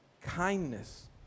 kindness